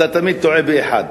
אתה תמיד טועה באחד.